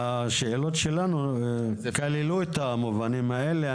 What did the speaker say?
השאלות שלנו כללו את המובנים האלה,